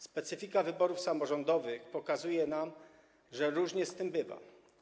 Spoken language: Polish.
Specyfika wyborów samorządowych pokazuje nam, że różnie z tym bywa.